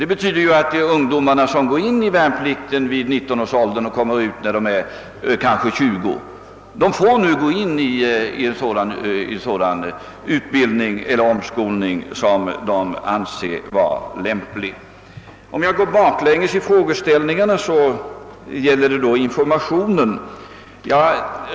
Det betyder att de ungdomar, som rycker in till militärtjänst vid 19 års ålder och kommer därifrån när de är 20, nu kan påbörja en sådan utbildning eller omskolning som de själva anser vara lämplig. Om jag sedan går baklänges i frågeställningarna, stannar jag ett ögonblick vid informationen.